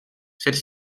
celle